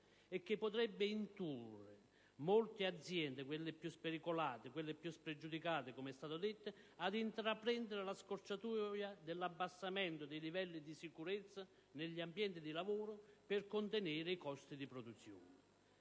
e che potrebbe indurre molte aziende - quelle più spericolate, quelle più spregiudicate, come è stato detto - ad intraprendere la scorciatoia dell'abbassamento dei livelli di sicurezza negli ambienti di lavoro per contenere i costi di produzione.